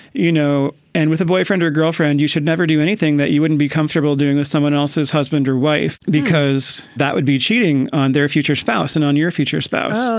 you know, and with a boyfriend or girlfriend, you should never do anything that you wouldn't be comfortable doing with someone else's husband or wife because that would be cheating on their future spouse and on your future spouse. so